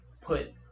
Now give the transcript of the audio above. put